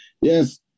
Yes